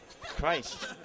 Christ